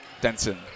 Denson